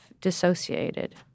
dissociated